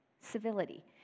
civility